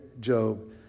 Job